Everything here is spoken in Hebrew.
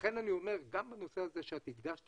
לכן אני אומר שגם בנושא הזה שאת הדגשת,